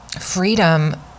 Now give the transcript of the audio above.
freedom